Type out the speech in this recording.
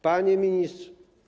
Panie Ministrze!